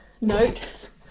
notes